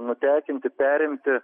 nutekinti perimti